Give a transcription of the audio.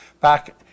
back